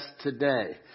Today